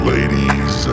Ladies